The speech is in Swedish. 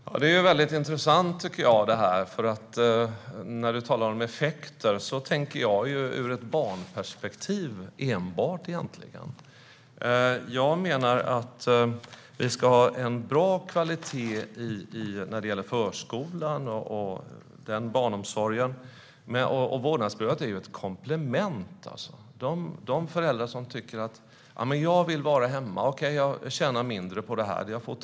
Herr talman! Det här är väldigt intressant, tycker jag. Fredrik Lundh Sammeli talar om effekter. Jag tänker egentligen enbart ur ett barnperspektiv. Jag menar att vi ska ha en bra kvalitet i förskolans barnomsorg. Vårdnadsbidraget är ett komplement. Det finns föräldrar som vill vara hemma fastän de därigenom tjänar mindre.